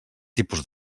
tipus